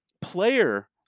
player